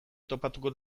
topatuko